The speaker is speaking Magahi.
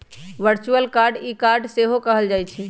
वर्चुअल कार्ड के ई कार्ड सेहो कहल जाइ छइ